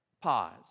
Pause